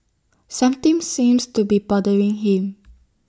something seems to be bothering him